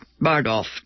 Bardolph